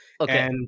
Okay